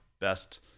best